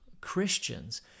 Christians